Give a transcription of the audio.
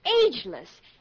ageless